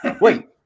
Wait